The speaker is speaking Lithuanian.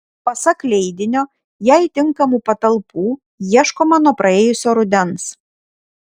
pasak leidinio jai tinkamų patalpų ieškoma nuo praėjusio rudens